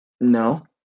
No